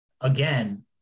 again